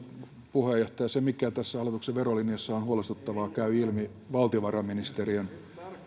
puheenjohtaja se mikä tässä hallituksen verolinjassa on huolestuttavaa käy ilmi valtiovarainministeriön